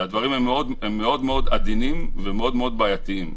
והדברים הם מאוד מאוד עדינים ומאוד מאוד בעייתיים,